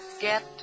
get